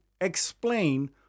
explain